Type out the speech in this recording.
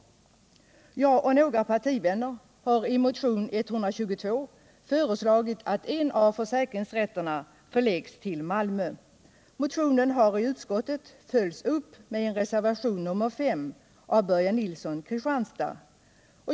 Jag och några partivänner har i motionen 1977/78:122 föreslagit att en av försäkringsrätterna skall förläggas till Malmö. Motionen har i utskottet följts upp i reservationen 5 av Börje Nilsson i Kristianstad.